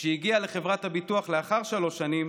כשהגיע לחברת הביטוח לאחר שלוש שנים,